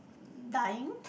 dying